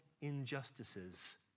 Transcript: injustices